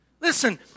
Listen